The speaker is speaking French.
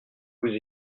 vous